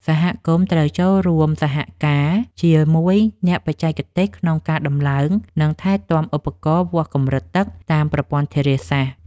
សហគមន៍ត្រូវចូលរួមសហការជាមួយអ្នកបច្ចេកទេសក្នុងការដំឡើង និងថែទាំឧបករណ៍វាស់កម្រិតទឹកតាមប្រព័ន្ធធារាសាស្ត្រ។